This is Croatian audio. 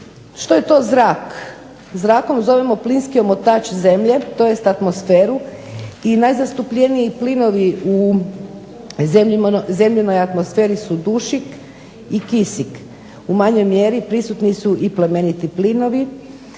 Što je to zrak? Zrakom zovemo plinski omotač zemlje, tj. Atmosferu i najzastupljeniji plinovi u u zemljinoj atmosferi su dušik i kisik u manjoj mjeri prisutni su i plemeniti plinovi,